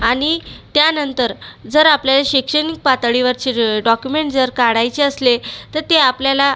आणि त्यानंतर जर आपल्याला शैक्षणिक पातळीवरचे डॉक्युमेंट जर काढायचे असले तर ते आपल्याला